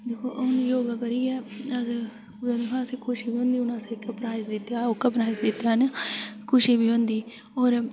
दिक्खो हून योगा करियै अगर कूदै दिक्खो असें ई खुशी बी होंदी हून असें इ'त्थें प्राइज जित्तेआ उ'त्थे जित्तेआ ऐ ना खुशी बी होंदी होर